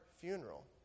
funeral